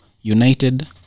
United